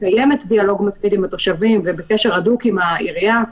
שמקיימת דיאלוג מתמיד עם התושבים ובקשר הדוק עם העירייה,